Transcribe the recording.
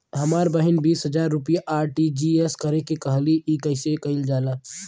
हमर बहिन बीस हजार रुपया आर.टी.जी.एस करे के कहली ह कईसे कईल जाला?